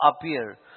appear